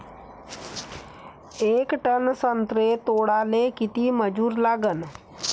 येक टन संत्रे तोडाले किती मजूर लागन?